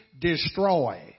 destroy